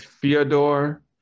Fyodor